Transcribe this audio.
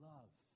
Love